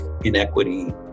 inequity